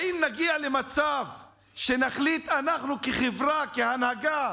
האם נגיע למצב שנחליט, אנחנו כחברה, כהנהגה,